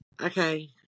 Okay